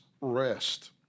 rest